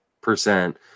percent